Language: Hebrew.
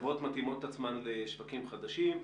החברות מתאימות את עצמן לשווקים חדשים,